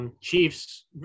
Chiefs